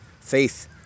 faith